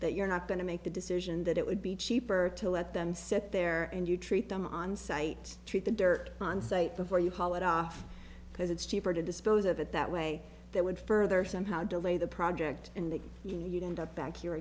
that you're not going to make the decision that it would be cheaper to let them sit there and you treat them onsite treat the dirt on site before you haul it off because it's cheaper to dispose of it that way that would further somehow delay the project in that you don't up back here